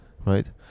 right